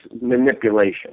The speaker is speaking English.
manipulation